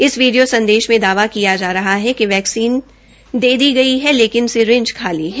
इस वीडिया संदेश मे दावा किया जा रहा है कि वैक्सीन दे दी गई है लेकिन सिरिंज खाली है